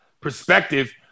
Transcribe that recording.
perspective